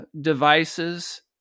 devices